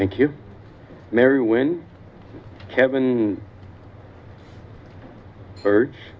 thank you mary when kevin search